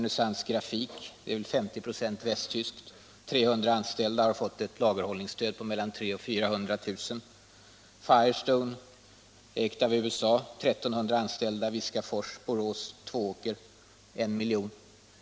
Vidare har vi Firestone, ägt av USA och med 1 300 anställda i Viskafors, Borås och Tvååker, som har fått ett sådant bidrag med 1 milj.kr.